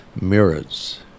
mirrors